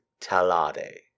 Talade